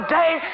day